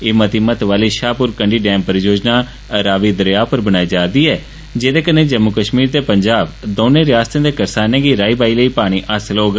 एह् मती महत्व आहली शाहपुर कंडी डैम परियोजना रावि दरेया उप्पर बनाई जा'रदी ऐ जेहदे कन्नै जम्मू कश्मीर ते पंजाब दौने रियासते दे करसाने गी राई बाई लेई पानी हासल होग